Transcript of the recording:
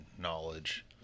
knowledge